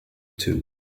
too